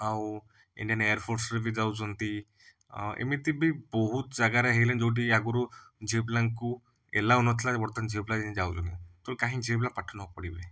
ଆଉ ଇଣ୍ଡିଆନ୍ ଏୟାରଫୋର୍ସରେ ବି ଯାଉଛନ୍ତି ଏମିତି ବି ବହୁତ ଜାଗାରେ ହେଇଗଲାଣି ଯେଉଁଠିକି ଆଗରୁ ଝିଅପିଲାଙ୍କୁ ଆଲାଓ ନଥିଲା ବର୍ତ୍ତମାନ ଝିଅପିଲା ଯାଉଛନ୍ତି ତ କାହିଁ ଝିଅପିଲା ପାଠ ନପଢ଼ିବେ